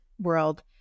world